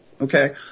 Okay